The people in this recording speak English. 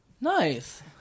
Nice